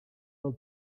del